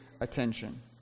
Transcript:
attention